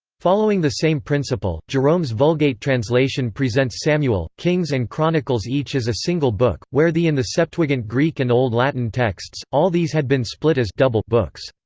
following the same principle, jerome's vulgate translation presents samuel, kings and chronicles each as a single book where the in the septuagint greek and old latin texts, all these had been split as double books.